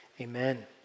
amen